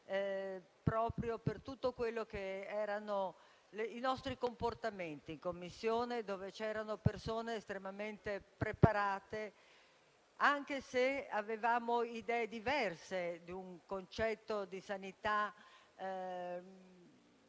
proprio per tutti quelli che erano i nostri comportamenti in Commissione, dove c'erano persone estremamente preparate. Questo anche se avevamo idee diverse: un concetto di sanità basato